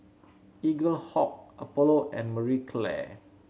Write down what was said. Eaglehawk Apollo and Marie Claire